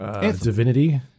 Divinity